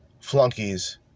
flunkies